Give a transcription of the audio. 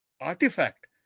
artifact